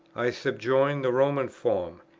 i subjoin the roman form,